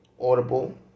Audible